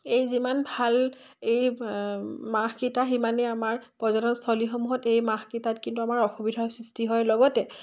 এই যিমান ভাল এই মাহকেইটা সিমানেই আমাৰ পৰ্যটনস্থলীসমূহত এই মাহকেইটাত কিন্তু আমাৰ অসুবিধাৰ সৃষ্টি হয় লগতে